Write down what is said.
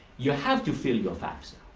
you have to file your fafsa.